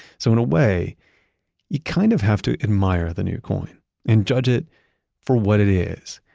so in a way you kind of have to admire the new coin and judge it for what it is.